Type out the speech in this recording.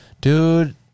dude